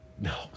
No